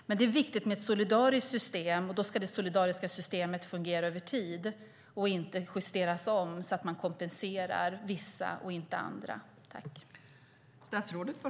Det är viktigt med ett solidariskt system, och då ska det solidariska systemet fungera över tid och inte justeras om så att man kompenserar vissa och inte andra.